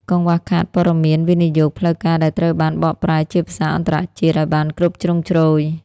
កង្វះខាតព័ត៌មានវិនិយោគផ្លូវការដែលត្រូវបានបកប្រែជាភាសាអន្តរជាតិ ឱ្យបានគ្រប់ជ្រុងជ្រោយ។